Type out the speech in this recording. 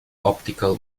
optical